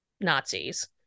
Nazis